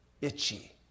itchy